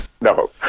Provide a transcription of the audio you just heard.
no